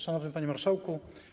Szanowny Panie Marszałku!